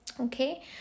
Okay